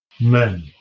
Men